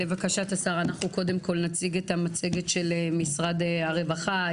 לבקשת השר אנחנו קודם כל נציג את המצגת של משרד הרווחה.